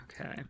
Okay